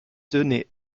donné